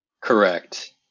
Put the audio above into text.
Correct